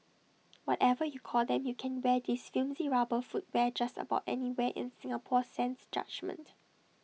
whatever you call them you can wear this flimsy rubber footwear just about anywhere in Singapore sans judgement